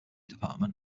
department